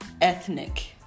ethnic